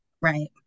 right